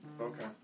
Okay